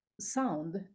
sound